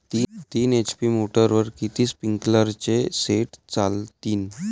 तीन एच.पी मोटरवर किती स्प्रिंकलरचे सेट चालतीन?